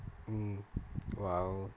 mm !wow!